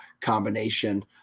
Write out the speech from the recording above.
combination